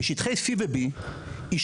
בשטחי C ו-B אישרו,